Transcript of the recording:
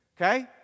Okay